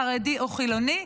חרדי או חילוני,